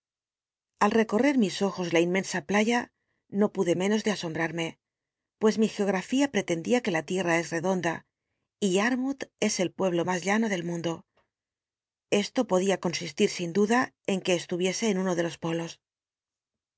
al recorrer mis ojos la inmen sa playa no pude menos de asomlmmllc pues mi geografía pretendía que la liel'l'a es i'cdoncla y yarmoulh es el pueblo mas llano del mundo esto podía consistir sin duda en c ue cstu icsc en uno de los polos